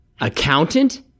Accountant